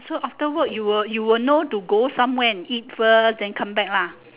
so after work you will you will know to go somewhere and eat first then come back lah